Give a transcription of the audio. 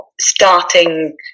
starting